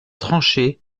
tranchées